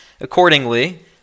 accordingly